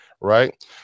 right